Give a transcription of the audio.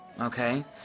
Okay